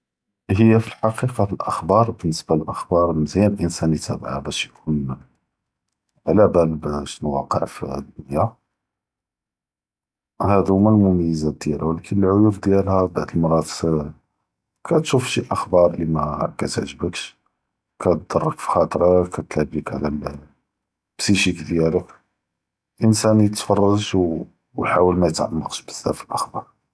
היא פאלחקיקה פ אלאח’בר, באלניסבה לאלאח’בר מזיאן לאנסאן יתאבאעהא באש יכון ע עלא באל בשנו וואק’ע فالדוניא. האדו הומה אלמומייזאת דיאלהא, ו לאכן אלע’יוב דיאלהא, בחד אלמראת כתשוף שי אלאח’בר לי מא כתע’ג’בקש, כיד’רכ פ ח’אט’רכ, כתעלב ליק עלא אלבסיכיק דיאלך. לאנסאן יתפרג’ ו ח’אול מא יתעמקש בזאף פ אלאח’בר.